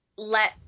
let